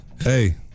Hey